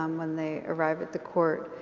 um when they arrive at the court.